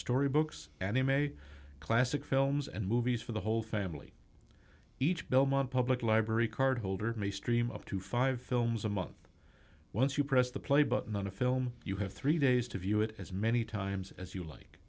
story books and am a classic films and movies for the whole family each belmont public library card holder may stream up to five films a month once you press the play button on a film you have three days to view it as many times as you like